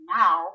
now